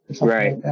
Right